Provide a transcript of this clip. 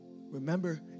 Remember